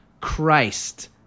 Christ